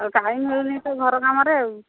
ଆଉ ଟାଇମ୍ ମିଳୁନି ତ ଘର କାମରେ ଆଉ